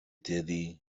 tedy